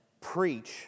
preach